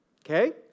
Okay